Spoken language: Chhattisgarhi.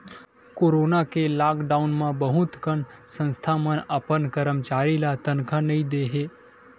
कोरोना के लॉकडाउन म बहुत कन संस्था मन अपन करमचारी ल तनखा नइ दे हे